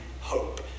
hope